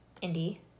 Indy